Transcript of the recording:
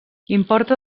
importa